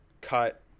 cut